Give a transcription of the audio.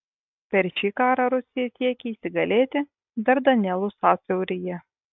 per šį karą rusija siekė įsigalėti dardanelų sąsiauryje